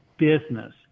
business